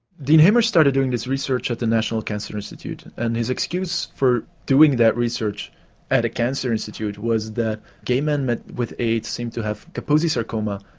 dean hamer started doing this research at the national cancer institute and his excuse for doing that research at a cancer institute was that gay men men with aids seemed to have carposi sarcoma,